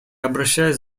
обращаюсь